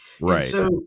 Right